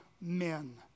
men